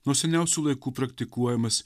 nuo seniausių laikų praktikuojamas